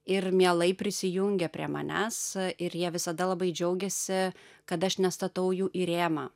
ir mielai prisijungia prie manęs ir jie visada labai džiaugiasi kad aš nestatau jų į rėmą